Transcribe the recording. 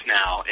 now